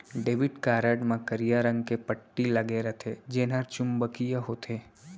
debit card म करिया रंग के पट्टी लगे रथे जेन हर चुंबकीय होथे